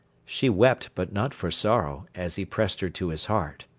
she wept, but not for sorrow, as he pressed her to his heart.